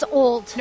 old